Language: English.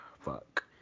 Fuck